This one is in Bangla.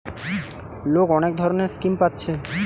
লোক অনেক ধরণের স্কিম পাচ্ছে